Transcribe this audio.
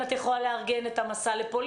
האם את יכולה לארגן את המסע לפולין.